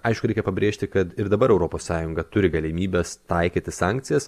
aišku reikia pabrėžti kad ir dabar europos sąjunga turi galimybes taikyti sankcijas